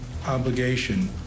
Obligation